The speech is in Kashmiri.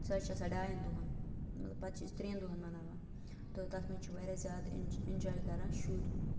سُہ حظ چھِ آسان ڈایَن دۄہَن مطلب پَتہٕ چھِ أسۍ ترٛٮ۪ن دۄہَن مَناوان تہٕ تَتھ منٛز چھِ واریاہ زیادٕ اٮ۪نجاے کَران شُرۍ